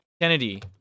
Kennedy